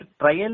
trial